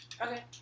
Okay